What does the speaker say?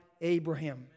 Abraham